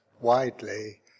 widely